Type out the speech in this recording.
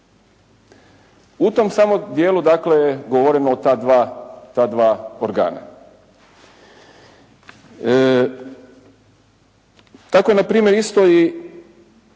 U tom samo dijelu dakle govorimo o ta dva organa. Tako na primjer isto i